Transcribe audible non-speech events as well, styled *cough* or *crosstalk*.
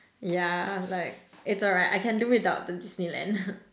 yeah like it's alright I can do without the Disneyland *laughs*